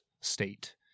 state